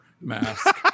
mask